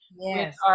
Yes